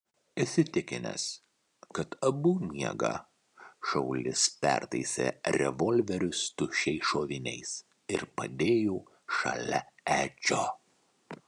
įsitikinęs kad abu miega šaulys pertaisė revolverius tuščiais šoviniais ir padėjo šalia edžio